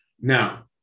Now